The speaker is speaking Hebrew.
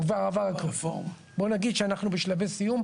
בוא נגיד שאנחנו בשלבי הסיום.